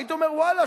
הייתי אומר: ואללה,